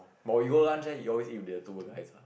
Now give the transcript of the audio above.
but when you go lunch leh you always eat with the two guys ah